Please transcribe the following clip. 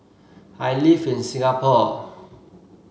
I live in Singapore